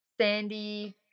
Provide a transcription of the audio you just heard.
sandy